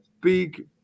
big